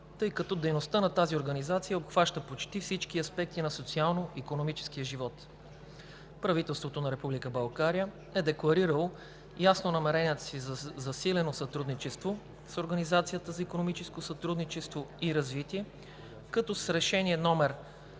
тъй като дейността на тази организация обхваща почти всички аспекти на социално-икономическия живот. Правителството на Република България е декларирало ясно намеренията си за засилено сътрудничество с Организацията за икономическо сътрудничество и развитие, като с Решение №